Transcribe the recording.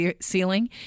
ceiling